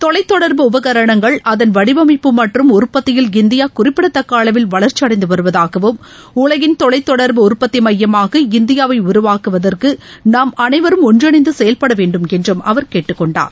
தொலைத்தொடர்பு உபகரணங்கள் அதன் வடிவமைப்பு மற்றும் உற்பத்தியில் இந்தியா குறிப்பிடத்தக்க அளவில் வளர்ச்சியடைந்து வருவதாகவும் உலகின் தொலைத்தொடர்பு உற்பத்தி மையமாக இந்தியாவை உருவாக்குவதற்கு நாம் அனைவரும் ஒன்றிணைந்து செயல்பட வேண்டும் என்றும் அவர் கேட்டுக்கொண்டார்